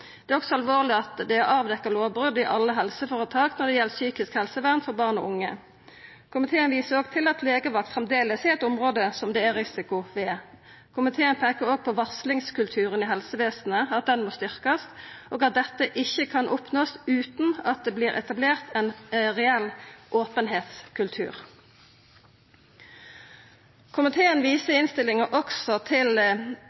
Det er også alvorleg at det er avdekt lovbrot i alle helseføretaka når det gjeld psykisk helsevern for barn og unge. Komiteen viser òg til at legevakt framleis er eit område som det er risiko ved. Komiteen peikar òg på at varslingskulturen i helsevesenet må styrkjast, og at dette ikkje kan oppnåast utan at det vert etablert ein reell openheitskultur. Komiteen viser